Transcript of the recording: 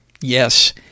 yes